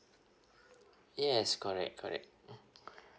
yes correct correct